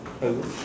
hello